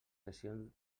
sessions